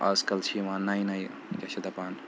آز کَل چھِ یِوان نَیہِ نَیہِ کیٛاہ چھِ دَپان